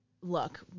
look